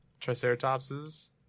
triceratopses